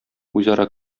үзара